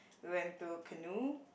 we went to canoe